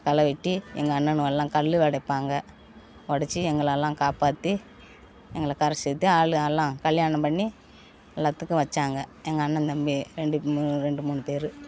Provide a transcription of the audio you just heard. களை வெட்டி எங்கள் அண்ணனுகல்லாம் கல் உடைப்பாங்க உடைச்சி எங்களெல்லாம் காப்பாற்றி எங்களை கரை சேர்த்து ஆள் எல்லாம் கல்யாணம் பண்ணி எல்லாத்துக்கும் வச்சாங்க எங்கள் அண்ணந்தம்பி ரெண்டு மூ ரெண்டு மூணு பேர்